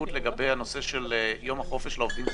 הסתייגות לגבי הנושא של יום החופש לעובדים זרים.